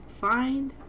find